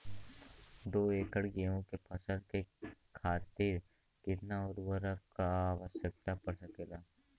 दो एकड़ गेहूँ के फसल के खातीर कितना उर्वरक क आवश्यकता पड़ सकेल?